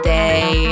day